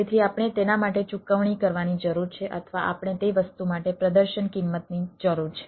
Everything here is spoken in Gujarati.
તેથી આપણે તેના માટે ચૂકવણી કરવાની જરૂર છે અથવા આપણે તે વસ્તુ માટે પ્રદર્શન કિંમતની જરૂર છે